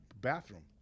bathroom